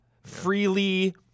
freely